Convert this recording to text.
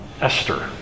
Esther